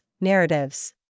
narratives